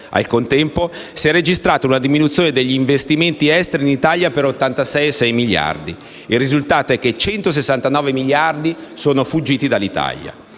al contempo si è registrata una diminuzione degli investimenti esteri in Italia per 86,6 miliardi. Il risultato è che 169 miliardi sono fuggiti dall'Italia.